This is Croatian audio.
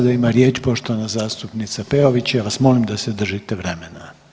Sada ima riječ poštovana zastupnica Peović, ja vas molim da se držite vremena.